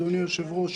אדוני היושב-ראש,